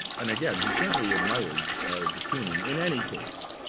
and again, he certainly admired de kooning. in any case,